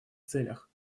целях